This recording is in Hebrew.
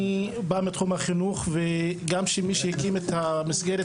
אני בא מהחינוך וגם מי שהקים את המסגרת